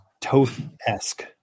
Toth-esque